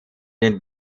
den